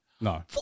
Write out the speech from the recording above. no